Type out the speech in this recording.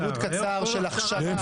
שירות קצר של הכשרה.